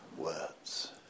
words